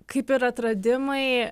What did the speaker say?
kaip ir atradimai